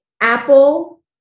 apple